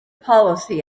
policy